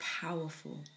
powerful